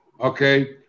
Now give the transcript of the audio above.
okay